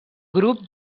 grup